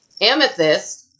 amethyst